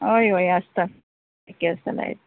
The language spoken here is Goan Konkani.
हय हय आसता की आसता लायट